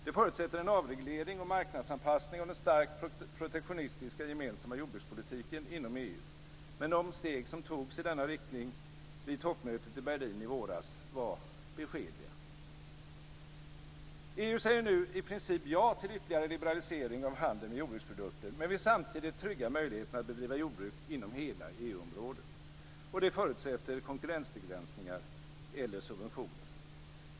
Det förutsätter en avreglering och marknadsanpassning av den starkt protektionistiska gemensamma jordbrukspolitiken inom EU. Men de steg som togs i denna riktning vid toppmötet i Berlin i våras var beskedliga. EU säger nu i princip ja till ytterligare liberalisering av handeln med jordbruksprodukter men vill samtidigt trygga möjligheterna att bedriva jordbruk inom hela EU-området, och det förutsätter konkurrensbegränsningar eller subventioner.